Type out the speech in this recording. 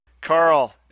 Carl